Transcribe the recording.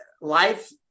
life